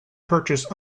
purchase